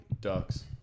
Ducks